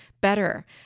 better